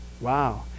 Wow